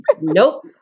Nope